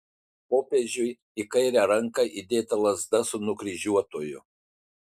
popiežiui į kairę ranką įdėta lazda su nukryžiuotuoju